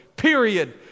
Period